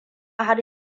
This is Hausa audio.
har